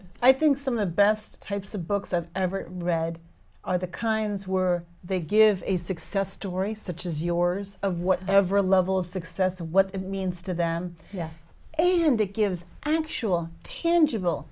i think some of the best types of books i've ever read are the kinds were they give a success story such as yours of whatever level of success what it means to them yes and it gives an actual tangible